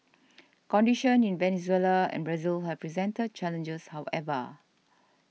conditions in Venezuela and Brazil have presented challenges however